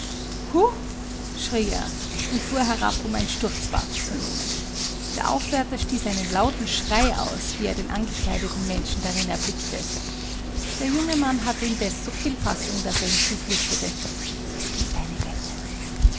schrie er und fuhr herab um ein sturzbad zu nehmen der aufwärter stieß einen lauten schrei aus wie er den angekleideten menschen darin erblickte der junge mann hatte indes so viel fassung daß er ihm zuflüsterte es gilt eine wette